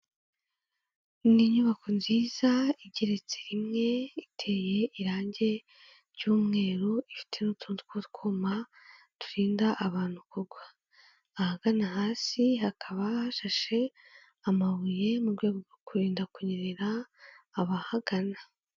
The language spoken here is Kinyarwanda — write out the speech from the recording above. Ni inyubako nziza igeretse rimwe, iteye irangi ry'umweru, ifite n'utuntu tw'utwuma turinda abantu kugwa, ahagana hasi hakaba hashashe amabuye mu rwego rwo kurinda kunyerera abahagana.